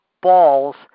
balls